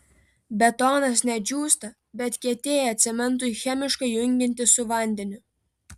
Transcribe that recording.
betonas ne džiūsta bet kietėja cementui chemiškai jungiantis su vandeniu